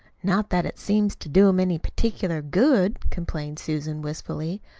not that it seems to do em any particular good, complained susan wistfully.